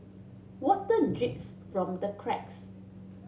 water drips from the cracks